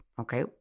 Okay